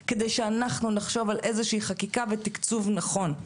כדי שאנחנו נחשוב על איזושהי חקיקה ותקצוב נכון.